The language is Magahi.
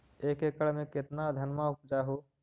एक एकड़ मे कितना धनमा उपजा हू?